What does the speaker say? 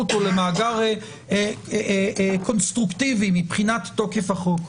אותו למאגר קונסטרוקטיבי מבחינת תוקף החוק.